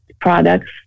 products